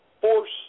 force